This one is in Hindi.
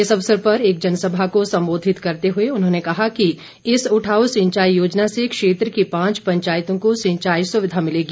इस अवसर पर एक जनसभा को संबोधित करते हुए उन्होंने कहा कि इस उठाऊ सिंचाई योजना से क्षेत्र की पांच पंचायतों को सिंचाई सुविधा मिलेगी